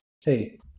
Hey –